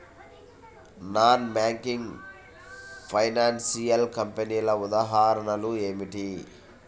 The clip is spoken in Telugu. నాన్ బ్యాంకింగ్ ఫైనాన్షియల్ కంపెనీల ఉదాహరణలు ఏమిటి?